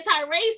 anti-racist